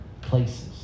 places